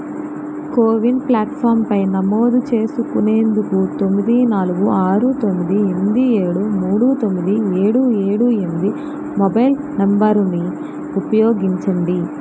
CoWIN ప్లాట్ఫాంపై నమోదు చేసుకునేందుకు తొమ్మిది నాలుగు ఆరు తొమ్మిది ఎంది ఏడు మూడు తొమ్మిది ఏడు ఏడు ఎంది మొబైల్ నెంబరుని ఉపయోగించండి